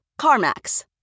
CarMax